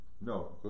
No